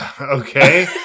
Okay